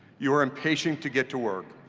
you are impatient to get to work.